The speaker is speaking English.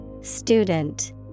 Student